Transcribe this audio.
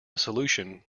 solution